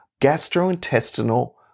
gastrointestinal